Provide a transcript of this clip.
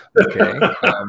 Okay